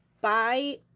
Bye